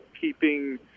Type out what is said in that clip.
keeping